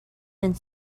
and